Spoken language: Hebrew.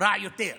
רע יותר.